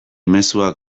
mezuak